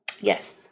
Yes